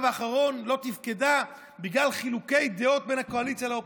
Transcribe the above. האחרון לא תפקדה בגלל חילוקי דעות בין הקואליציה לאופוזיציה.